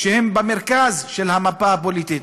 שהן במרכז המפה הפוליטית,